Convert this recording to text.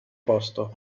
posto